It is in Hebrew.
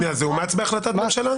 שמגר אומץ בהחלטת ממשלה?